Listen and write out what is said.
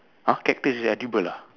!huh! cactus is edible ah